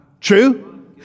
True